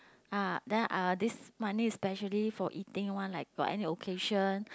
ah then I'll this money is specially for eating one like for any occasion